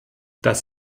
das